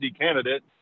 candidate